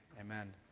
Amen